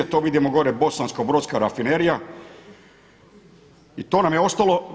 To vidimo gore bosansko-brodska rafinerija i to nam je ostalo.